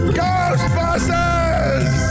Ghostbusters